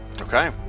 Okay